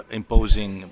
imposing